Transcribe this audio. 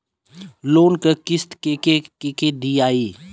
Loan क किस्त के के दियाई?